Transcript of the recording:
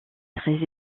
très